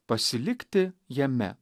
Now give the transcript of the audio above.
pasilikti jame